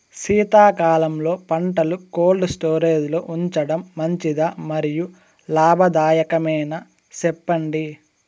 శీతాకాలంలో పంటలు cold storage లో ఉంచడం మంచిదా? మరియు లాభదాయకమేనా, సెప్పండి